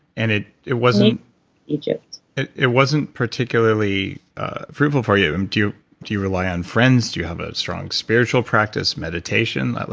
and it it wasn't egypt it it wasn't particularly fruitful for you. and do you do you rely on friends? do you have a strong spiritual practice, meditation?